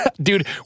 Dude